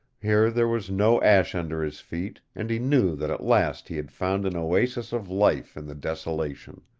here there was no ash under his feet, and he knew that at last he had found an oasis of life in the desolation.